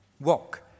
walk